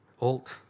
alt